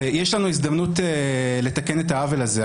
ויש לנו הזדמנות לתקן את העוול הזה.